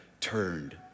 turned